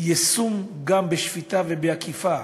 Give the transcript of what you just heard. יישום גם בשפיטה ובאכיפה,